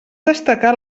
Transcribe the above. destacar